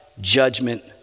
judgment